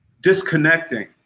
disconnecting